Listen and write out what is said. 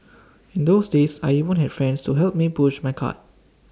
in those days I even had friends to help me push my cart